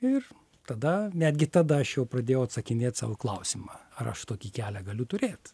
ir tada netgi tada aš jau pradėjau atsakinėt sau į klausimą ar aš tokį kelią galiu turėt